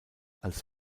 als